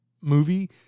movie